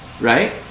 right